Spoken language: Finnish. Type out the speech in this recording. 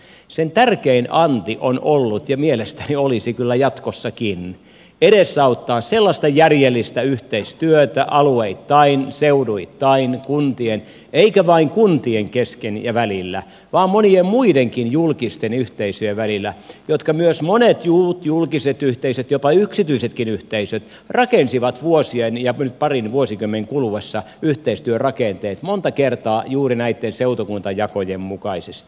sen tärkein anti on ollut ja mielestäni olisi kyllä jatkossakin edesauttaa sellaista järjellistä yhteistyötä alueittain seuduittain kuntien eikä vain kuntien kesken ja välillä vaan monien muidenkin julkisten yhteisöjen välillä jotka myös monet muut julkiset yhteisöt jopa yksityisetkin yhteisöt rakensivat vuosien ja nyt parin vuosikymmenen kuluessa yhteistyörakenteet monta kertaa juuri näitten seutukuntajakojen mukaisesti